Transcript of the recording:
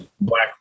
black